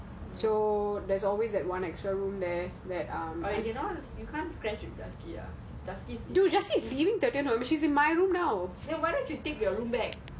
so there's always that one extra but you can't tell ah